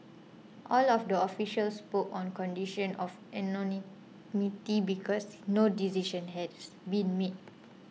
all of the officials spoke on condition of anonymity because no decision has been made